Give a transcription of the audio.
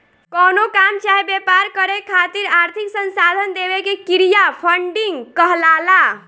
कवनो काम चाहे व्यापार करे खातिर आर्थिक संसाधन देवे के क्रिया फंडिंग कहलाला